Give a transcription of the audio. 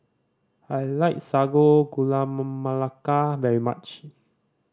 I like sago gula melaka very much